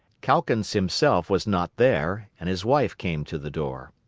calkins himself was not there, and his wife came to the door.